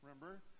Remember